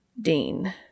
Dean